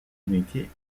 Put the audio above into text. unités